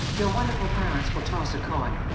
your wonderful parents will toss a coin.